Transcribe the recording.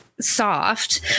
soft